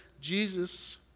Jesus